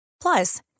Plus